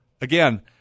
again